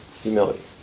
Humility